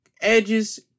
Edge's